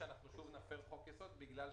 והוא גם קבוע בחוק-היסוד היום,